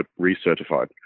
recertified